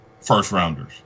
first-rounders